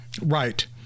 Right